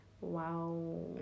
Wow